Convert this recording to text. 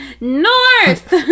North